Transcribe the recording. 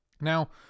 Now